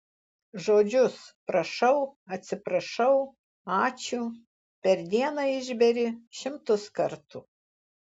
žodžius prašau atsiprašau ačiū per dieną išberi šimtus kartų